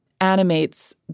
animates